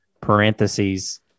parentheses